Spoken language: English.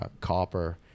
copper